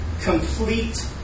Complete